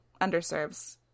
underserves